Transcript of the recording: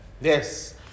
Yes